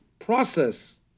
process